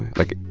like,